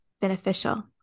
beneficial